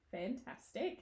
fantastic